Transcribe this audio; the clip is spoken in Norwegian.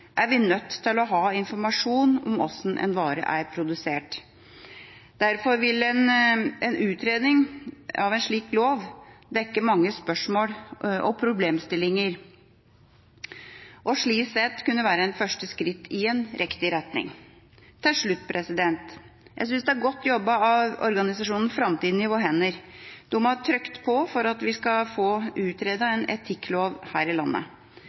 er vi nødt til å ha informasjon om hvordan en vare er produsert. En utredning av en slik lov vil dekke mange spørsmål og problemstillinger og slik sett kunne være et første skritt i riktig retning. Til slutt: Jeg synes det er godt jobbet av organisasjonen Framtiden i våre hender. De har trykket på for at vi skal få utredet en etikklov her i landet.